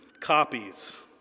copies